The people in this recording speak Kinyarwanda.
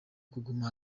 kuguma